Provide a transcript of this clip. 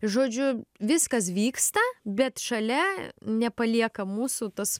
žodžiu viskas vyksta bet šalia nepalieka mūsų tas